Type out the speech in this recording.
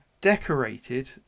decorated